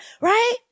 right